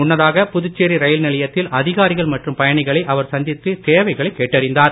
முன்னதாக புதுச்சேரி ரயில் நிலையத்தில் அதிகாரிகள் மற்றும் பயணிகளை அவர் சந்தித்து தேவைகளை கேட்டறிந்தார்